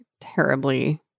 terribly